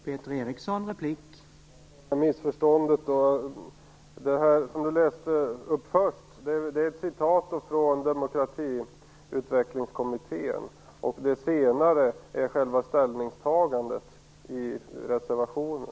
Herr talman! Det har blivit ett missförstånd här. Det Tomas Högström läste upp först är ett citat från Demokratiutvecklingskommittén, och det senare är själva ställningstagandet i reservationen.